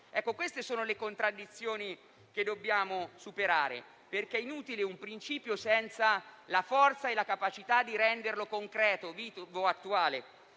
Queste sono le contraddizioni che dobbiamo superare, perché un principio è inutile senza la forza e la capacità di renderlo concreto, vivo ed attuale.